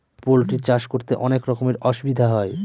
poultry চাষ করতে অনেক রকমের অসুবিধা হয়